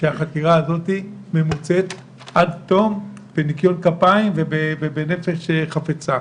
שהחקירה הזאת ממוצה עד תום בניקיון כפיים ובנפש חפצה.